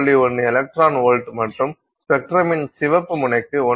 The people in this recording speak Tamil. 1 எலக்ட்ரான் வோல்ட் மற்றும் ஸ்பெக்ட்ரமின் சிவப்பு முனைக்கு 1